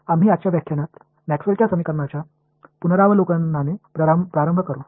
आम्ही आजच्या व्याख्यानात मॅक्सवेलच्या समीकरणांच्या पुनरावलोकनाने प्रारंभ करू